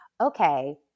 okay